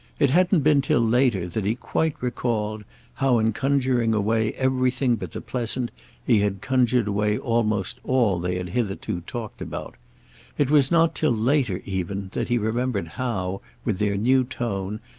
it hadn't been till later that he quite recalled how in conjuring away everything but the pleasant he had conjured away almost all they had hitherto talked about it was not till later even that he remembered how, with their new tone,